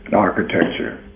architecture,